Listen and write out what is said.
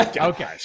Okay